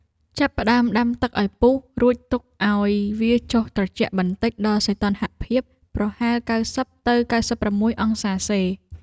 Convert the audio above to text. ចាប់ផ្ដើមដាំទឹកឱ្យពុះ រួចទុកឱ្យវាចុះត្រជាក់បន្តិចដល់សីតុណ្ហភាពប្រហែល ៩០ ទៅ ៩៦ អង្សាសេ។